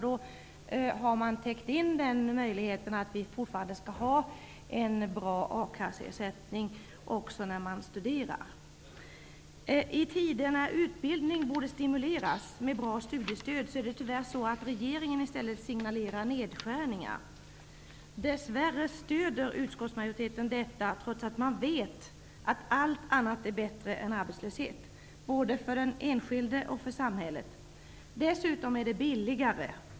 Då har man nämligen täckt in möjligheten att fortfarande ha en bra akasseersättning också när man studerar. I tider när utbildning borde stimuleras med bra studiestöd signalerar tyvärr regeringen i stället nedskärningar. Dess värre stöder utskottsmajoriteten detta, trots att man vet att allt är bättre än arbetslöshet -- både för den enskilde och för samhället. Dessutom är det billigare.